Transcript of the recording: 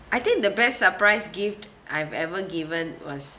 I think the best surprise gift I've ever given was